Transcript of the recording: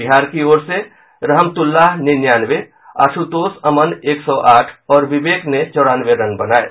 बिहार की ओर से रहमतुल्लाह निन्यानवे आशुतोष अमन एक सौ आठ और विवेक ने चौरानवे रन बनाये